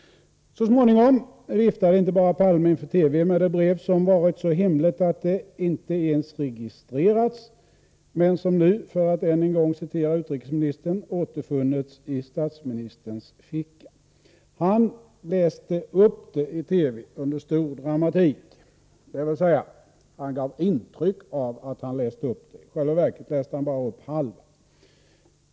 Så småningom inte bara viftade Palme inför TV med det brev som varit så hemligt att det inte ens registrerats men som nu, för att än en gång citera utrikesministern, ”återfunnits i statsministerns ficka”. Han läste upp det i TV under stor dramatik — dvs. han gav intryck av att han läste upp det. I själva verket läste han bara upp halva brevet.